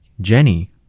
Jenny